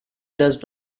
does